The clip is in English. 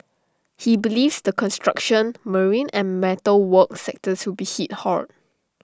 he believes the construction marine and metal work sectors will be hit hard